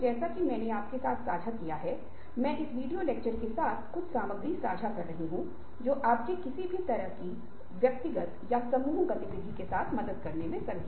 वे बहुत से विचारों को साझा करने के लिए लोगों से मिलने के लिए हैं जो शामिल है वे कह रहे हैं और लोगों को लगता है की वे इतने शामिल है कि वे उन्हें सुनेंगे